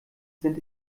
sind